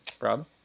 Rob